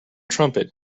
trumpet